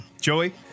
Joey